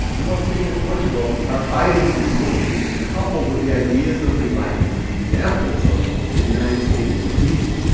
and once spain and portugal are fighting napoleon coupled with the ideas of the enlightenment and the examples of the united states and haiti,